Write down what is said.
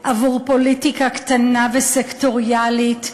עבור פוליטיקה קטנה וסקטוריאלית,